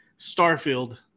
Starfield